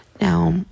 Now